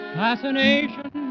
fascination